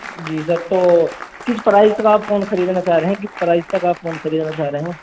جی sir تو کس price تک آپ فون خریدنا چاہ رہے ہیں کس پرائز تک آپ فون خریدنا چاہ رہے ہیں